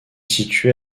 situé